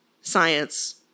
science